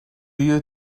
you